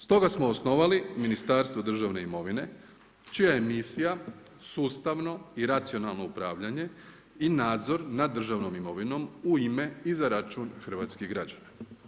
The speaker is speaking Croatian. Stoga smo osnovali Ministarstvo državne imovine, čija je misija sustavno i racionalno upravljanje i nadzor nad državnom imovinom u ime i za račun hrvatskih građana.